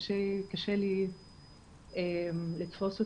קשה לי לתפוס אותו.